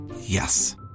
Yes